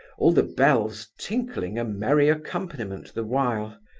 all the bells tinkling a merry accompaniment the while.